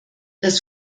dass